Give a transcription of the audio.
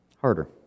harder